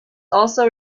also